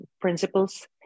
principles